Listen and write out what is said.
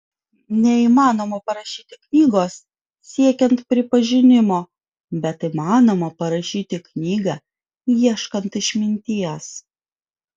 neįmanoma parašyti knygos siekiant pripažinimo bet įmanoma parašyti knygą ieškant išminties